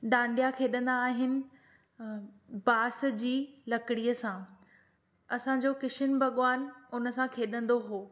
डांडिया खेॾंदा आहिनि बांस जी लकड़ीअ सां असां जो किशन भॻवानु हुन सां खेॾंदो हो